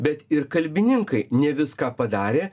bet ir kalbininkai ne viską padarė